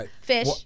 Fish